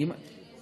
בתקציב 2023 2024?